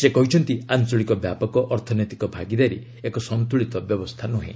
ସେ କହିଛନ୍ତି ଆଞ୍ଚଳିକ ବ୍ୟାପକ ଅର୍ଥନୈତିକ ଭାଗିଦାରୀ ଏକ ସନ୍ତ୍ରଳିତ ବ୍ୟବସ୍ଥା ନ୍ରହେଁ